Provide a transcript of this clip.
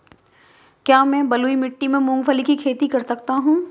क्या मैं बलुई मिट्टी में मूंगफली की खेती कर सकता हूँ?